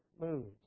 moods